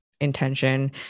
intention